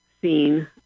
seen